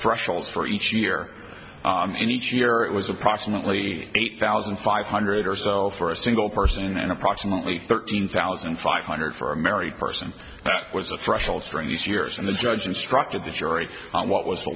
thresholds for each year in each year it was approximately eight thousand five hundred or so for a single person then approximately thirteen thousand five hundred for a married person was the threshold during these years and the judge instructed the jury on what was the